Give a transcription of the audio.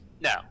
No